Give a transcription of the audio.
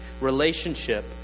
relationship